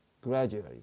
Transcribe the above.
gradually